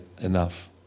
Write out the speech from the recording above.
enough